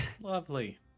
lovely